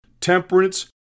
temperance